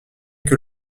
que